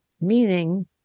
Meaning